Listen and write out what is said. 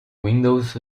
windows